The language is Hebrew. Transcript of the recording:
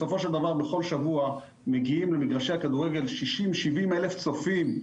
בסופו של דבר בכל שבוע מגיעים למגרשי הכדורגל 60,000 70,000 צופים,